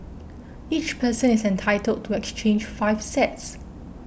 each person is entitled to exchange five sets